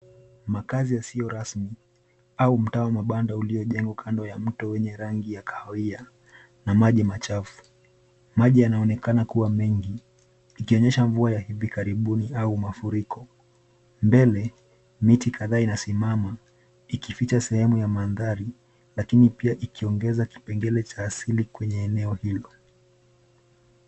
Makazi yasiyo rasmi au mtaa wa mabanda uliojengwa kando ya mto wenye rangi ya kahawia na maji machafu. Maji yanaonekana kuwa mengi ikionyesha mvua ya hivi karibuni au mafuriko. Mbele, miti kadhaa inasimama ikificha sehemu ya mandhari lakini pia ikiongeza kipengele cha asili kwenye eneo hilo.